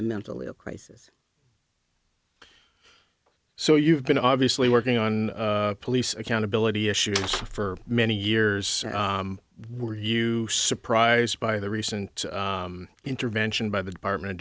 a mentally ill crisis so you've been obviously working on police accountability issues for many years were you surprised by the recent intervention by the department of